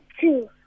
two